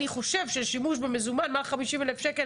אני חושב ששימוש במזומן 150,000 שקל